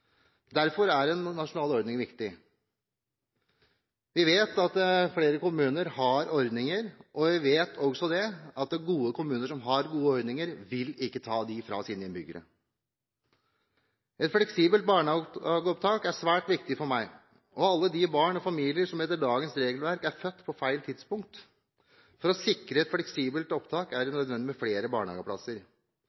Derfor er en nasjonal ordning viktig. Vi vet at flere kommuner har ordninger, og vi vet også at gode kommuner som har gode ordninger, ikke vil ta dem fra sine innbyggere. Et fleksibelt barnehageopptak er svært viktig for meg og for alle familier med barn som etter dagens regelverk er «født på feil tidspunkt». For å sikre et fleksibelt opptak er det